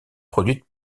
produite